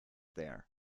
there